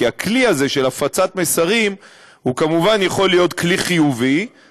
כי הכלי הזה של הפצת מסרים יכול כמובן להיות כלי חיובי,